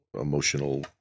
emotional